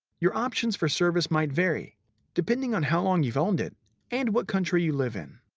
your options for service might vary depending on how long you've owned it and what country you live in.